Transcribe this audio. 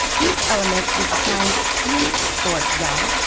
each element is assigned yin or yang,